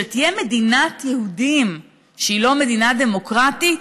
שתהיה מדינת יהודים שהיא לא מדינה דמוקרטית?